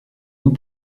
nous